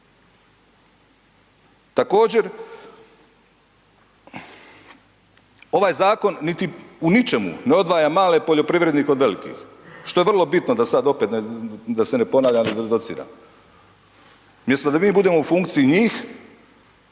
Također, ovaj zakon u ničemu ne odvaja male poljoprivrednike od velikih, što je vrlo bitno, da sad opet, da se ne ponavljam i dociram. Umjesto da mi budemo u funkciji njih,